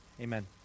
Amen